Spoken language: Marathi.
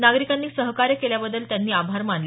नागरिकांनी सहकार्य केल्याबद्दल त्यांनी आभार मानले